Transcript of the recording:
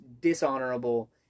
dishonorable